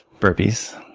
burpees.